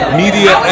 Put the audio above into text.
media